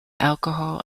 alcohol